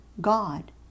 God